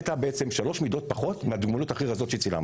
היא הייתה שלוש מידות פחות מהדוגמניות הכי רזות שצילמנו.